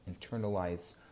internalize